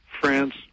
France